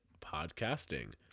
podcasting